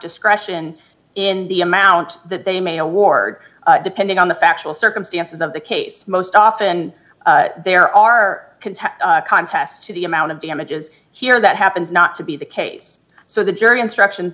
discretion in the amount that they may award depending on the factual circumstances of the case most often there are contests contests to the amount of damages here that happens not to be the case so the jury instructions